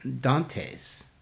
Dantes